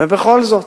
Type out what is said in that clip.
ובכל זאת.